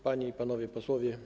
Panie i Panowie Posłowie!